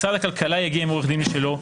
משרד הכלכלה יגיע עם עורך דין משלו,